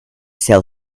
sell